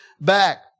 back